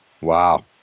Wow